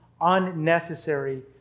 Unnecessary